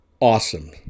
awesome